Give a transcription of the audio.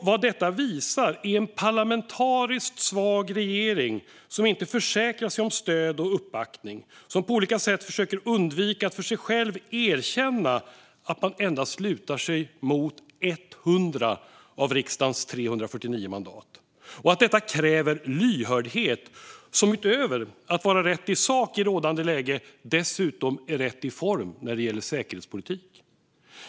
Vad detta visar är en parlamentariskt svag regering som inte försäkrar sig om stöd och uppbackning och som på olika sätt försöker undvika att för sig själv erkänna att man lutar sig mot endast 100 av riksdagens 349 mandat samt att detta kräver lyhördhet, som utöver att vara rätt i sak i rådande läge dessutom är rätt i form när det gäller säkerhetspolitiken.